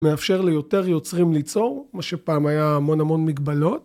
מאפשר ליותר יוצרים ליצור, מה שפעם היה המון המון מגבלות.